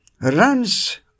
runs